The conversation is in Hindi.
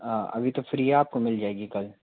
अभी तो फ़्री है आपको मिल जाएगी कल